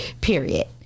period